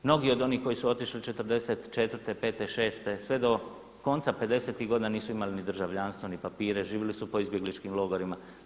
Mnogi od onih koji su otišli '44., '45., '.46. sve do konca '50.-tih godina nisu imali ni državljanstvo ni papire, živjeli su po izbjegličkim logorima.